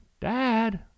Dad